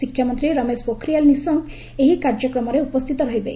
ଶିକ୍ଷାମନ୍ତ୍ରୀ ରମେଶ ପୋଖରିଆଲ୍ ନିଶଙ୍କ ଏହି କାର୍ଯ୍ୟକ୍ରମରେ ଉପସ୍ଥିତ ରହିବେ